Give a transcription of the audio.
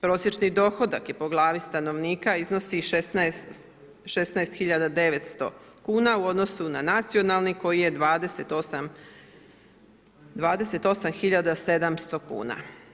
Prosječni dohodak je po glavi stanovnika iznosi 16900 kuna u odnosu na nacionalni koji je 28700 kuna.